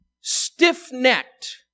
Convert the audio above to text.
stiff-necked